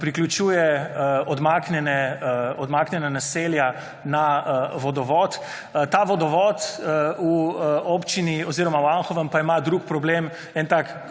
priključuje odmaknjena naselja na vodovod. Ta vodovod v občini oziroma v Anhovem pa ima drug problem, tak